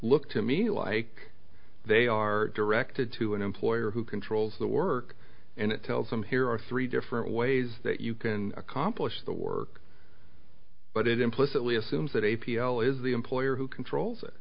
look to me like they are directed to an employer who controls the work and it tells them here are three different ways that you can accomplish the work but it implicitly assumes that a p o is the employer who controls it